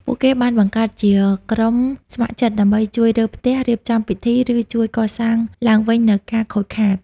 ពួកគេបានបង្កើតជាក្រុមស្ម័គ្រចិត្តដើម្បីជួយរើផ្ទះ រៀបចំពិធី ឬជួយកសាងឡើងវិញនូវការខូចខាត។